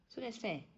so that's fair